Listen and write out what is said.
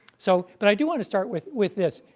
so, but i do want to start with with this.